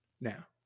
Now